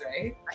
right